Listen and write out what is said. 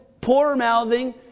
poor-mouthing